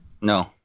No